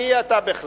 מי אתה בכלל.